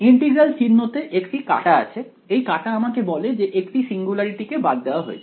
integral চিহ্নতে একটি কাটা আছে এই কাটা আমাকে বলে যে একটি সিঙ্গুলারিটি কে বাদ দেওয়া হয়েছে